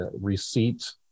receipt